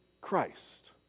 Christ